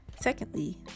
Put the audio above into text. Secondly